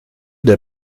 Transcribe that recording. der